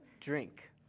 drink